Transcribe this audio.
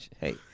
hey